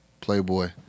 Playboy